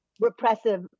repressive